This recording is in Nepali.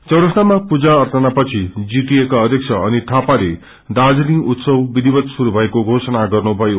चारस्तामा पूजा अर्चना पछि जीटिए का अध्यक्ष अनित थापाले दार्जीलिङ उत्सव विधिवत शुरू भएको घोषणा गर्नुभयो